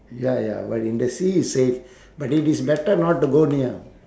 ya ya when in the sea is safe but it is better not to go near